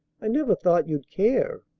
i never thought you'd care.